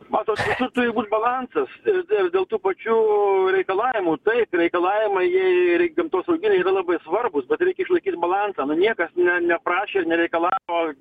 matot visus turi būt balansas i ir dėl tų pačių reikalavimų taip reikalavimai jie ri gamtosauginiai yra labai svarbūs bet reikia išlaikyt balansą nu niekas ne neprašė ir nereikalavo